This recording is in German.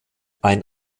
ein